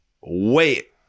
wait